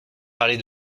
parler